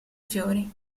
fiori